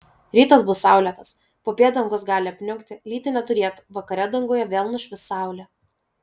rytas bus saulėtas popiet dangus gali apniukti lyti neturėtų vakare danguje vėl nušvis saulė